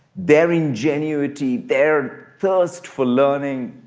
their ingenuity, their thirst for learning.